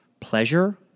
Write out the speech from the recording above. pleasure